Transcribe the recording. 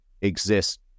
exist